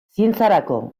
zientziarako